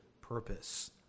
purpose